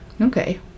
Okay